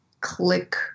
click